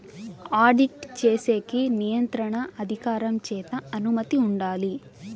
audit చేసేకి నియంత్రణ అధికారం చేత అనుమతి ఉండాలి